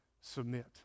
submit